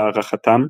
להערכתם,